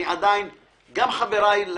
גם חבריי לוועדה,